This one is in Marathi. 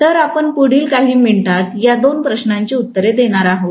तर आपण पुढील काही मिनिटांत या दोन प्रश्नांची उत्तरे देणार आहोत